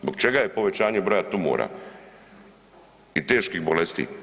Zbog čega je povećanje broja tumora i teških bolesti?